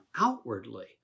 outwardly